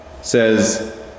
says